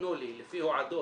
נתנו לי לפי הועדות,